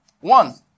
One